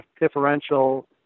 differential